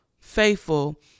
Faithful